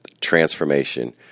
transformation